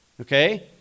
Okay